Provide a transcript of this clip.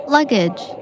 Luggage